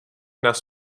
nás